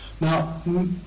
Now